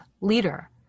leader